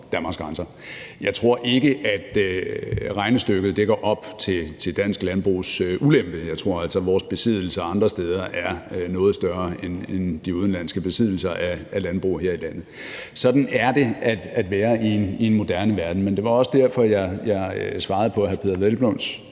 Danmarks grænser. Jeg tror ikke, at regnestykket går op til dansk landbrugs ulempe. Jeg tror altså, at vores besiddelser andre steder er noget større, end de udenlandske besiddelser af landbrug er her i landet. Sådan er det at være i en moderne verden. Det var også derfor, jeg svarede, som jeg gjorde,